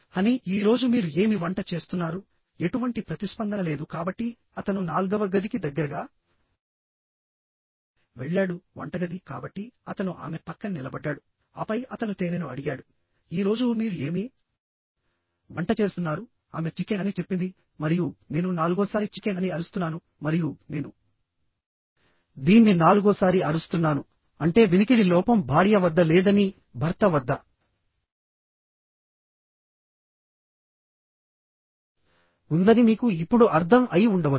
honey ఈ రోజు మీరు ఏమి వంట చేస్తున్నారు ఎటువంటి ప్రతిస్పందన లేదు కాబట్టి అతను నాల్గవ గదికి దగ్గరగా వెళ్ళాడువంటగదికాబట్టి అతను ఆమె పక్కన నిలబడ్డాడు ఆపై అతను తేనెను అడిగాడుఈ రోజు మీరు ఏమి వంట చేస్తున్నారు ఆమె చికెన్ అని చెప్పింది మరియు నేను నాలుగోసారి చికెన్ అని అరుస్తున్నాను మరియు నేను దీన్ని నాలుగోసారి అరుస్తున్నాను అంటే వినికిడి లోపం భార్య వద్ద లేదని భర్త వద్ద ఉందని మీకు ఇప్పుడు అర్థం అయి ఉండవచ్చు